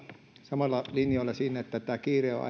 samoilla linjoilla siinä että tämä kiire on on